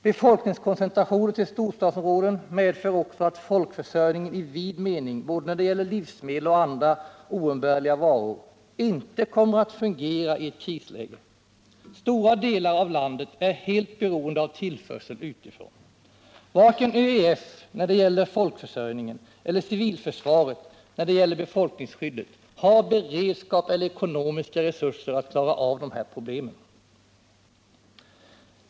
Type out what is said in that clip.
Befolkningskoncentrationen till storstadsområden medför också att folkförsörjningen i vid mening, både när det gäller livsmedel och när det gäller andra oumbärliga varor, inte kommer att fungera i ett krisläge. Stora delar av landet är helt beroende av tillförseln utifrån. Varken ÖEF när det gäller folkförsörjningen eller civilförsvaret när det gäller befolkningsskyddet har beredskap eller ekonomiska resurser för att klara av de problemen.